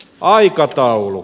aikataulu